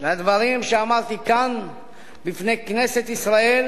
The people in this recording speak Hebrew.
מהדברים שאמרתי כאן בפני כנסת ישראל,